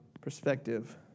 perspective